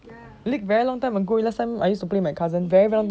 league very long time ago last time I used to play my cousin very long time ago